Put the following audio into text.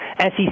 SEC